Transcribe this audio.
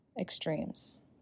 extremes